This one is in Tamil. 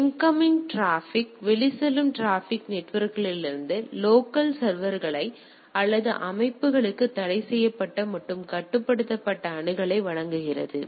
எனவே இன்கம்மிங் டிராபிக்ற்கான வெளிச்செல்லும் டிராபிக் நெட்வொர்க்லிருந்து லோக்கல் சர்வர்கள் அல்லது அமைப்புகளுக்கு தடைசெய்யப்பட்ட மற்றும் கட்டுப்படுத்தப்பட்ட அணுகலை வழங்குகிறது